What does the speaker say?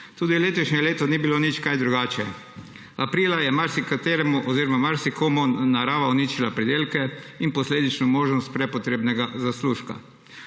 Tudi letošnje leto ni bilo nič kaj drugačno. Aprila je marsikomu narava uničila pridelke in posledično možnost prepotrebnega zaslužka.